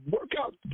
Workout